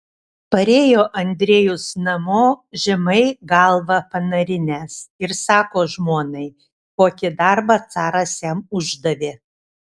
parėjo andrejus namo žemai galvą panarinęs ir sako žmonai kokį darbą caras jam uždavė